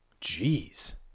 Jeez